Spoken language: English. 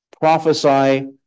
Prophesy